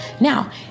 Now